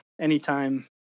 anytime